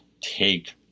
take